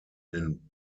den